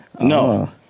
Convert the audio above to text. No